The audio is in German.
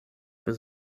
für